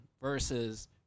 Versus